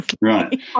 right